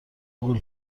غول